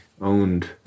owned